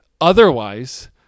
Otherwise